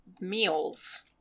meals